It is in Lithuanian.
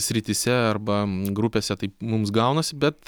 srityse arba grupėse taip mums gaunasi bet